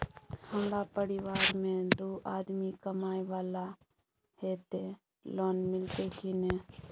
हमरा परिवार में दू आदमी कमाए वाला हे ते लोन मिलते की ने?